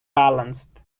balanced